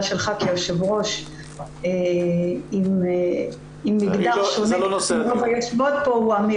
שלך כיושב ראש עם מגדר שונה הוא אמירה.